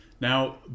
Now